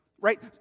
right